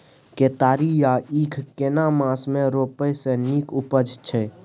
केतारी या ईख केना मास में रोपय से नीक उपजय छै?